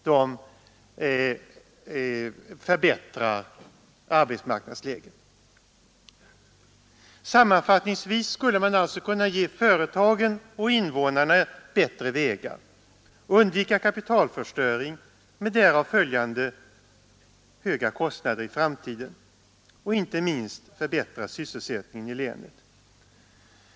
De förbättrar arbetsmarknadsläget. Sammanfattningsvis skulle man alltså kunna ge företagen och invånarna bättre vägar, undvika kapitalförstöring med därav följande höga kostnader i framtiden och inte minst förbättra sysselsättningen i länet.